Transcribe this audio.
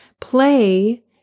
Play